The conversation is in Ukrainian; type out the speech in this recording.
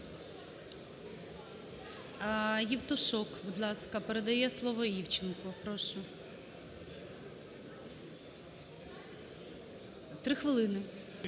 Євтушок, будь ласка, передає слово Івченку. Прошу, 3 хвилини.